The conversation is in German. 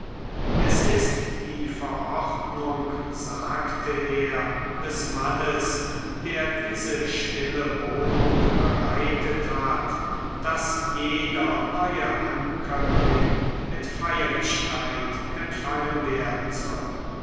es ist die verordnung sagte er des mannes der diese stille wohnung bereitet hat daß jeder neue ankömmling mit feierlichkeit empfangen werden soll